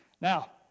Now